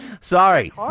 Sorry